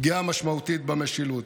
פגיעה משמעותית במשילות.